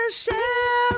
share